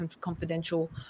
confidential